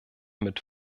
mit